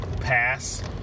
pass